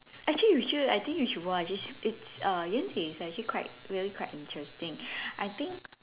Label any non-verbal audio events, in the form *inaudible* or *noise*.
actually you should I think you should watch it's it's uh Yan-jing is actually quite really quite interesting *breath* I think